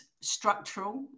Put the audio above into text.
structural